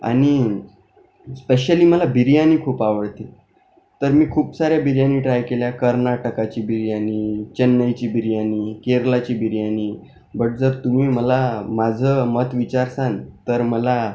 आणि स्पेशली मला बिर्याणी खूप आवडते तर मी खूप साऱ्या बिर्याणी ट्राय केल्या कर्नाटकाची बिर्याणी चेन्नईची बिर्याणी केरळाची बिर्याणी बट जर तुम्ही मला माझं मत विणीचारसान तर मला